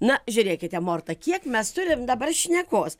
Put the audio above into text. na žiūrėkite morta kiek mes turim dabar šnekos